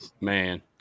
Man